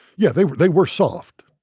yeah, they were they were soft.